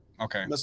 Okay